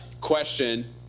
question